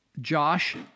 josh